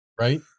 right